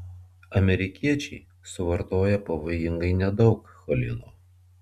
amerikiečiai suvartoja pavojingai nedaug cholino